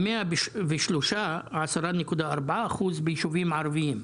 ו-103 - 10.4 אחוז - ביישובים ערביים.